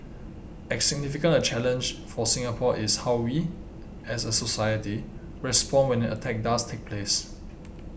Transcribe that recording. as significant a challenge for Singapore is how we as a society respond when an attack does take place